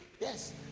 Yes